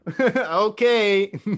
okay